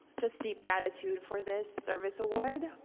just deep gratitude for this service award,